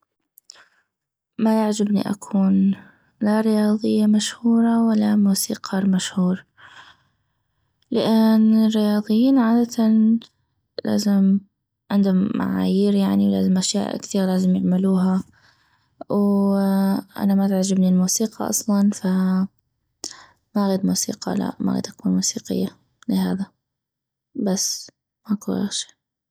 ما يعجبني اكون لا رياضية مشهورة ولا موسيقار مشهور لان الرياضيين عادة لازم عندم معايير يعني ولازم اشياء كثيغ لازم يعملوها وانا ما تعجبني الموسيقى اصلا فماغيد موسيقى لا ما اغيد اكون موسيقية لهذا بس ماكو غيغ شي